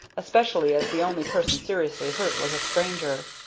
especially as the only person seriously hurt was a stranger.